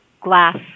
glass